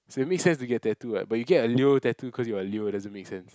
so it makes sense to get tattoo what but you get a leo tattoo cause you're a leo doesn't make a sense